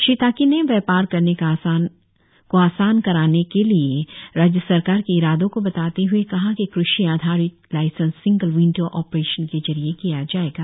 श्री ताकी ने व्यापार करने को आसान कराने के राज्य सरकार के इरादो को बताते हए कहा कि कृषि आधारित लाईसेंस सिंगल वीनडो ऑपरेशन के जरिए किया जाएगा